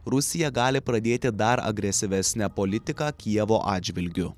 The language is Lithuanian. rusija gali pradėti dar agresyvesnę politiką kijevo atžvilgiu